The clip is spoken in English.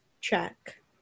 check